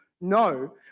no